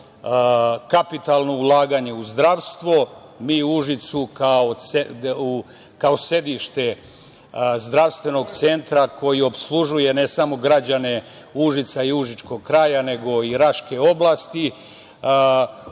kapitalno ulaganje u zdravstvo. Mi u Užicu kao sedište zdravstvenog centra koji opslužuje ne samo građane Užica i užičkog kraja, nego i Raške oblasti,